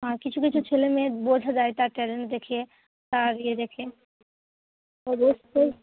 আর কিছু দেখে ছেলে মেয়ের বোঝা যায় তার ট্যালেন্ট দেখে তার ইয়ে দেখে অবশ্যই